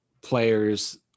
players